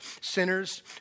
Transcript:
sinners